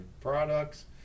products